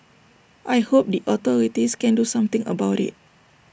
I hope the authorities can do something about IT